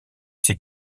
ses